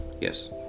yes